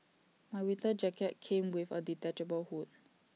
my winter jacket came with A detachable hood